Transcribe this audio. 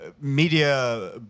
media